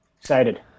Excited